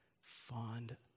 fond